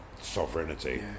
sovereignty